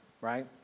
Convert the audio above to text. right